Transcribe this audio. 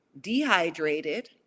dehydrated